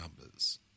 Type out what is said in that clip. numbers